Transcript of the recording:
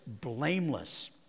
blameless